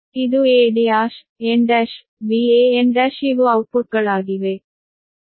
ಇದು a1 n1 Van1 ಇವು ಔಟ್ಪುಟ್ಗಳಾಗಿವೆ